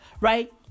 right